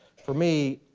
for me,